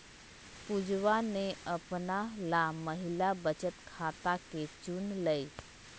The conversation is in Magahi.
पुजवा ने अपना ला महिला बचत खाता के चुन लय